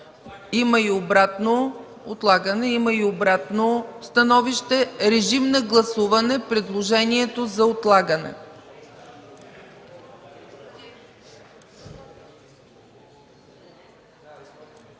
Има и обратно становище. Гласуваме предложението за отлагане